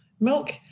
milk